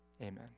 amen